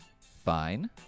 fine